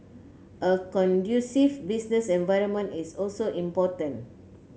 a conducive business environment is also important